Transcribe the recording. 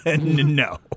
No